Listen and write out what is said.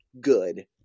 good